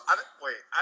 Wait